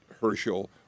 Herschel